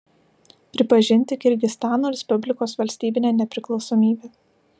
pripažinti kirgizstano respublikos valstybinę nepriklausomybę